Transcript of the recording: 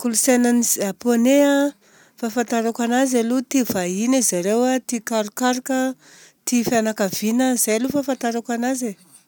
Kolontsainan'ny Japonais a, fahafatarako anazy aloha tia vahiny izy ireo a, tia karokaroka a, tia fianankaviana a. Izay aloha ny fahafantarako anazy e!